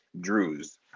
Drews